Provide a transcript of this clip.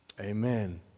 Amen